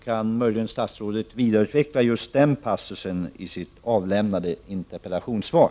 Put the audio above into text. Kan statsrådet vidareutveckla den passusen i sitt avlämnade interpellationssvar?